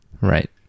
Right